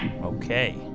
Okay